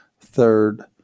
third